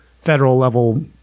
federal-level